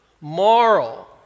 moral